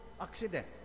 accident